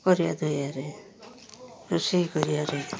ପରିବା ଦେହରେ ରୋଷେଇ କରିବାରେ